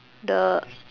the